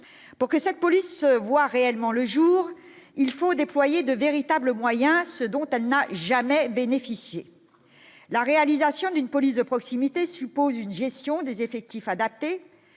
pour que cette police voit réellement le jour, il faut déployer de véritables moyens ce dont elle n'a jamais bénéficié la réalisation d'une police de proximité suppose une gestion des effectifs adapté,